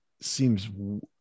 seems